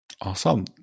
Awesome